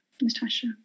Natasha